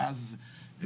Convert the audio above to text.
ואז,